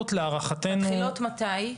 מתי מתחיל?